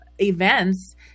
events